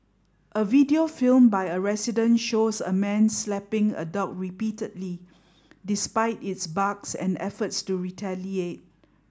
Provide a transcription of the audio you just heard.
a video filmed by a resident shows a man slapping a dog repeatedly despite its barks and efforts to retaliate